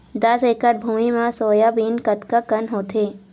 दस एकड़ भुमि म सोयाबीन कतका कन होथे?